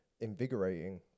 invigorating